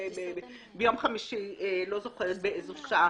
אני לא זוכרת באיזו שעה.